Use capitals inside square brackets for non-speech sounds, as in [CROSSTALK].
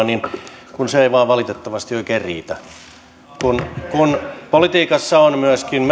[UNINTELLIGIBLE] niin se ei vain valitettavasti oikein riitä politiikassa myöskin [UNINTELLIGIBLE]